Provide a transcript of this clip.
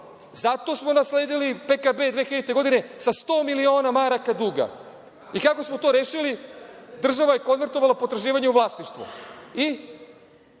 Zato smo nasledili PKB 2000. godine, sa sto miliona maraka duga. Kako smo to rešili? Država je konvertovala potraživanje u vlasništvu. I?